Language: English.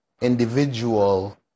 individual